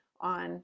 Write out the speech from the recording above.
on